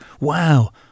Wow